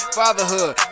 fatherhood